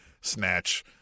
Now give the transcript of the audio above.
snatch